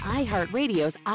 iHeartRadio's